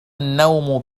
النوم